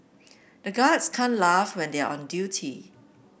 the guards can't laugh when they are on duty